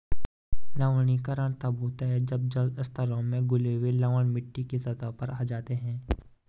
लवणीकरण तब होता है जब जल स्तरों में घुले हुए लवण मिट्टी की सतह पर आ जाते है